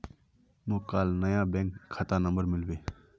मोक काल नया बैंक खाता नंबर मिलबे